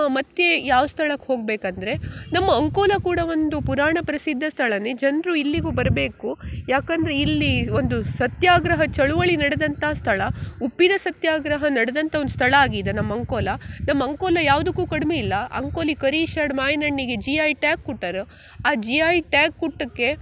ಮತ್ತು ಯಾವ ಸ್ಥಳಕ್ಕೆ ಹೋಗಬೇಕಂದ್ರೆ ನಮ್ಮ ಅಂಕೋಲ ಕೂಡ ಒಂದು ಪುರಾಣ ಪ್ರಸಿದ್ಧ ಸ್ಥಳವೇ ಜನರು ಇಲ್ಲಿಗೂ ಬರಬೇಕು ಯಾಕಂದರೆ ಇಲ್ಲಿ ಒಂದು ಸತ್ಯಾಗ್ರಹ ಚಳವಳಿ ನಡೆದಂಥ ಸ್ಥಳ ಉಪ್ಪಿನ ಸತ್ಯಾಗ್ರಹ ನಡೆದಂಥ ಒಂದು ಸ್ಥಳ ಆಗಿದೆ ನಮ್ಮ ಅಂಕೋಲ ನಮ್ಮ ಅಂಕೋಲ ಯಾವ್ದಕ್ಕೂ ಕಡ್ಮೆ ಇಲ್ಲ ಅಂಕೋಲ ಕರಿ ಇಷಾಡ್ ಮಾವ್ನಣ್ಣಿಗೆ ಜಿ ಐ ಟ್ಯಾಗ್ ಕೊಟ್ಟಾರ್ ಆ ಜಿ ಐ ಟ್ಯಾಗ್ ಕೊಟ್ಟಕೆ